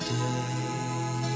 day